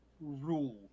rule